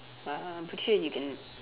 uh I'm pretty sure you can